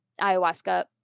ayahuasca